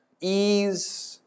ease